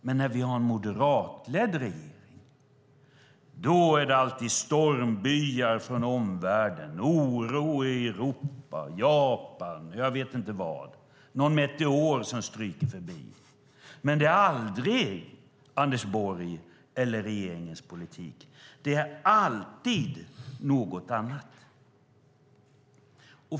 Men när vi har en moderatledd regering är det alltid stormbyar från omvärlden, oro i Europa och Japan eller någon meteor som stryker förbi. Ingenting beror på Anders Borgs eller regeringens politik; det beror alltid på något annat.